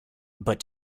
but